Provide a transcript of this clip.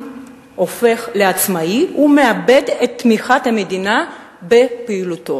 המחרים הופך לעצמאי ומאבד את תמיכת המדינה בפעילותו.